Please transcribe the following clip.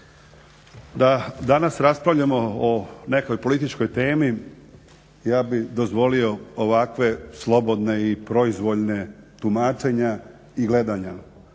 Da danas raspravljamo o nekoj političkoj temi ja bih dozvolio ovakva slobodna i proizvoljna tumačenja i gledanja